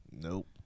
Nope